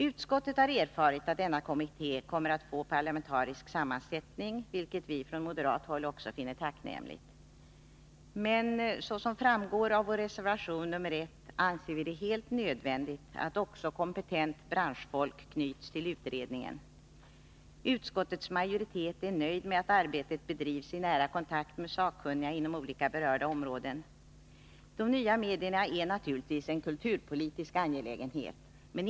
Utskottet har erfarit att denna kommitté kommer att få parlamentarisk sammansättning, vilket vi från moderat håll finner tacknämligt. Men såsom framgår av vår reservation nr 1 anser vi det helt nödvändigt att också kompetent branschfolk knyts till utredningen — utskottets majoritet är nöjd med att arbetet bedrivs i nära kontakt med sakkunniga inom olika berörda områden. De nya medierna är emellertid inte bara en kulturpolitisk angelägenhet.